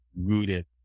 rooted